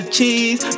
cheese